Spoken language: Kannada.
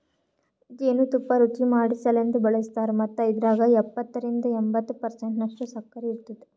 ಜೇನು ತುಪ್ಪ ರುಚಿಮಾಡಸಲೆಂದ್ ಬಳಸ್ತಾರ್ ಮತ್ತ ಇದ್ರಾಗ ಎಪ್ಪತ್ತರಿಂದ ಎಂಬತ್ತು ಪರ್ಸೆಂಟನಷ್ಟು ಸಕ್ಕರಿ ಇರ್ತುದ